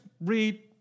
read